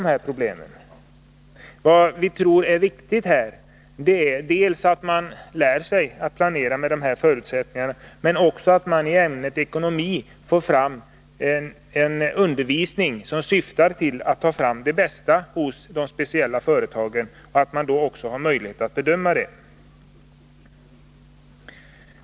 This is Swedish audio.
Vad vi tror är viktigt är dels att jordbrukarna lär sig planera med de här angivna förutsättningarna, dels att undervisning i ämnet ekonomi även syftar till att ge färdigheter att ta fram den bästa kombinationen hos de speciella företagen.